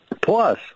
plus